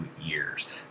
years